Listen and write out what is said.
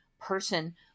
person